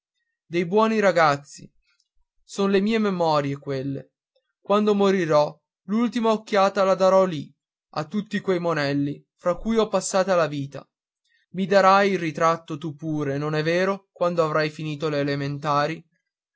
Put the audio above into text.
dei buoni ragazzi son le mie memorie quelle quando morirò l'ultima occhiata la darò lì a tutti quei monelli fra cui ho passata la vita i darai il ritratto tu pure non è vero quando avrai finito le elementari